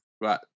Right